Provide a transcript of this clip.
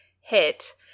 hit